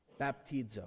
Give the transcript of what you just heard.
Baptizo